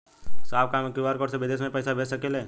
साहब का हम क्यू.आर कोड से बिदेश में भी पैसा भेज सकेला?